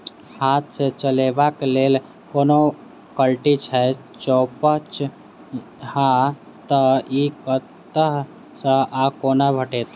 हाथ सऽ चलेबाक लेल कोनों कल्टी छै, जौंपच हाँ तऽ, इ कतह सऽ आ कोना भेटत?